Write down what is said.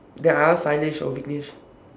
then I ask sainesh or viknesh